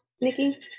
Nikki